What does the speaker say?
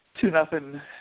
Two-nothing